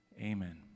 Amen